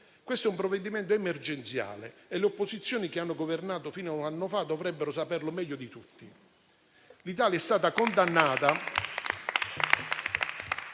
Questo è un provvedimento emergenziale e le opposizioni che hanno governato fino a un anno fa dovrebbero saperlo meglio di tutti. L'Italia è stata già condannata